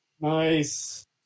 Nice